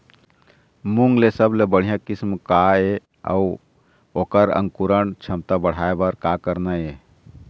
मूंग के सबले बढ़िया किस्म का ये अऊ ओकर अंकुरण क्षमता बढ़ाये बर का करना ये?